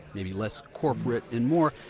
maybe less corporate and more,